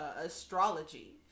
astrology